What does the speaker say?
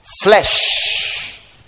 flesh